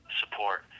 support